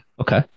Okay